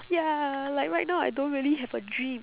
ya like right now I don't really have a dream